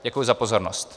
Děkuji za pozornost.